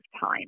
time